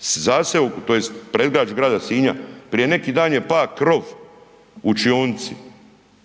zaseoku tj. predgrađe grada Sinja prije neki dan je pa krov u učionici,